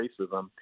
racism